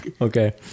okay